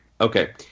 Okay